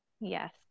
Yes